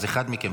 אז אחד מכם,